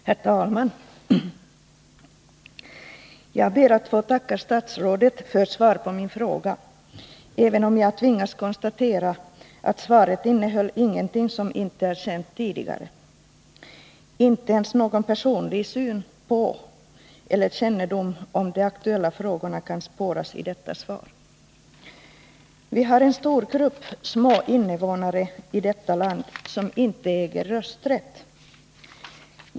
Herr talman! Jag ber att få tacka statsrådet för svaret på min fråga, även om jag tvingas konstatera att det inte innehöll någonting som inte är känt tidigare. Inte ens någon personlig syn på eller kännedom om de aktuella frågorna kan spåras i detta svar. Vi har en stor grupp små innevånare i detta land som inte äger rösträtt.